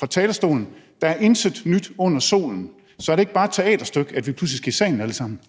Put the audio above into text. fra talerstolen. Der er intet nyt under solen, så er det ikke bare et teaterstykke, at vi pludselig skal i salen alle sammen?